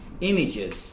images